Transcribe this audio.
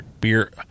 beer